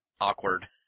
awkward